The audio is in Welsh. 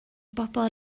bobl